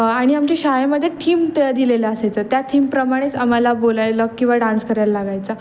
आणि आमच्या शाळेमध्ये थीम त दिलेल्या असायचं त्या थीमप्रमाणेच आम्हाला बोलायला किंवा डान्स करायला लागायचा